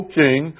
king